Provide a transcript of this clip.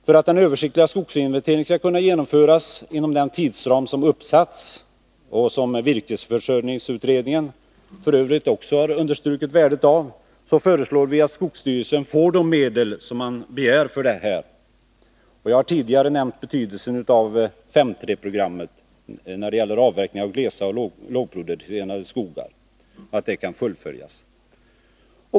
För att den översiktliga skogsinventeringen skall kunna genomföras inom den tidsram som uppsatts och som virkesförsörjningsutredningen f. ö. också har understrukit värdet av föreslår vi att skogsstyrelsen får de medel som man begär för detta. Jag har tidigare nämnt betydelsen av att 5:3-programmet när det gäller avverkning av glesa och lågproducerande skogar kan fullföljas.